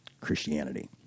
Christianity